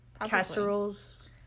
casseroles